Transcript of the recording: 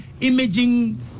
imaging